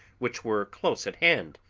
which were close at hand.